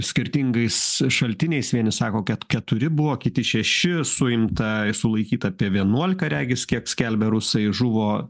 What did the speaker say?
skirtingais šaltiniais vieni sako kad keturi buvo kiti šeši suimta sulaikyta apie vienuolika regis kiek skelbia rusai žuvo